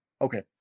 Okay